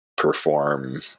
Perform